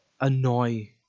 annoy –